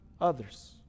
others